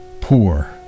poor